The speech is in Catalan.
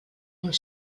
uns